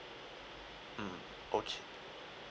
mm okay